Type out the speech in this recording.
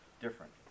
different